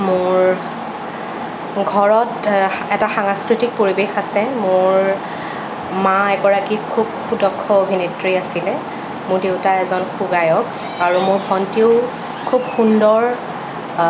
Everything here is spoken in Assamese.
মোৰ ঘৰত এটা সাংস্কৃতিক পৰিৱেশ আছে মোৰ মা এগৰাকী খুব সুদক্ষ অভিনেত্ৰী আছিলে মোৰ দেউতা এজন সু গায়ক আৰু মোৰ ভন্টিও খুব সুন্দৰ